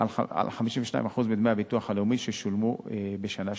על 52% מדמי הביטוח הלאומי ששולמו בשנה שלמה.